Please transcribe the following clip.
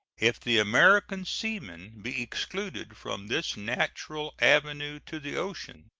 if the american seamen be excluded from this natural avenue to the ocean,